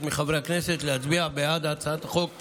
מחברי הכנסת להצביע בעד הצעת החוק הממשלתית.